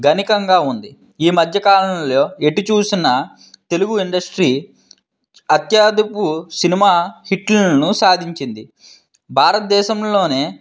గణనీయంగా ఉంది ఈ మధ్య కాలంలో ఎటు చూసినా తెలుగు ఇండస్ట్రీ అత్యాధునిక సినిమా హిట్లులను సాధించింది భారత దేశంలోనే